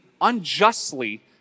unjustly